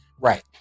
Right